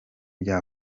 bya